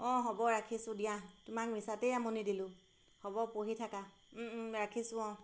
অঁ হ'ব ৰাখিছোঁ দিয়া তোমাক মিছাতেই আমনি দিলোঁ হ'ব পঢ়ি থাকা ৰাখিছোঁ অঁ